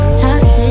toxic